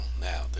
now